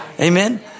Amen